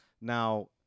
now